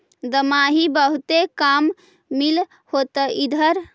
दमाहि बहुते काम मिल होतो इधर?